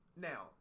Now